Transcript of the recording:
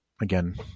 again